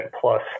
plus